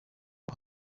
rwo